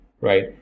right